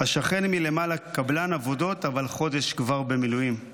השכן מלמעלה קבלן עבודות / אבל חודש כבר במילואים /